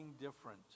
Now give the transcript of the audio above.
different